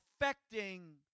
affecting